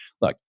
look